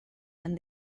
and